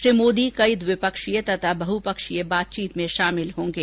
श्री मोदी कई द्विपक्षीय तथातथा बहपक्षीय बातचीत में शामिल होंगे